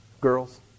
girls